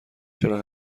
چرا